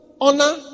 honor